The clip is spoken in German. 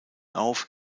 auf